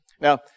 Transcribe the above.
Now